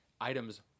Items